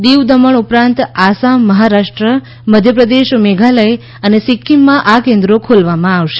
દીવ દમણ ઉપરાંત આસામ મહારાષ્ટ્ર મધ્યપ્રદેશ મેઘાલય અને સીકકીમમાં આ કેન્દ્રો ખોલવામાં આવશે